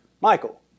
Michael